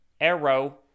arrow